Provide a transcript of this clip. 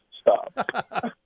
stop